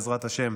בעזרת השם,